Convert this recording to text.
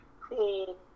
cool